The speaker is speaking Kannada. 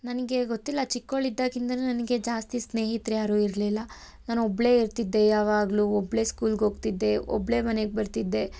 ನನಗೆ ಗೊತ್ತಿಲ್ಲ ಚಿಕ್ಕವಳಿದ್ದಾಗ್ನಿಂದಲೂ ನನಗೆ ಜಾಸ್ತಿ ಸ್ನೇಹಿತ್ರು ಯಾರೂ ಇರಲಿಲ್ಲ ನಾನು ಒಬ್ಬಳೆ ಇರ್ತಿದ್ದೆ ಯಾವಾಗಲು ಒಬ್ಬಳೆ ಸ್ಕೂಲ್ಗೆ ಹೋಗ್ತಿದ್ದೆ ಒಬ್ಬಳೆ ಮನೆಗೆ ಬರ್ತಿದ್ದೆ